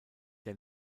der